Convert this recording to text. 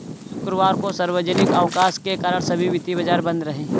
शुक्रवार को सार्वजनिक अवकाश के कारण सभी वित्तीय बाजार बंद रहे